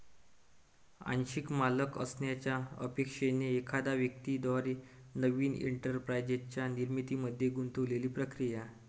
आंशिक मालक असण्याच्या अपेक्षेने एखाद्या व्यक्ती द्वारे नवीन एंटरप्राइझच्या निर्मितीमध्ये गुंतलेली प्रक्रिया